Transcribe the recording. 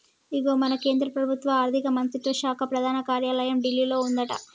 ఇగో మన కేంద్ర ప్రభుత్వ ఆర్థిక మంత్రిత్వ శాఖ ప్రధాన కార్యాలయం ఢిల్లీలో ఉందట